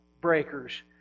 breakers